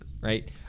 right